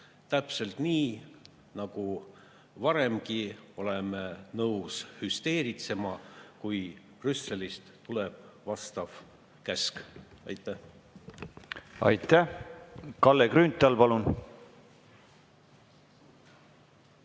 Täpselt nii nagu varemgi oleme nõus hüsteeritsema, kui Brüsselist tuleb vastav käsk. Aitäh! Aitäh! Kalle Grünthal, palun!